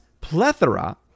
plethora